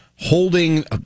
holding